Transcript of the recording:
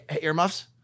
earmuffs